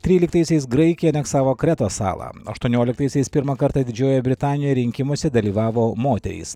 tryliktaisiais graikija aneksavo kretos salą aštuonioliktaisiais pirmą kartą didžiojoje britanijoje rinkimuose dalyvavo moterys